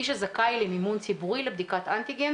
מי שזכאי למימון ציבורי לבדיקת אנטיגן,